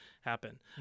happen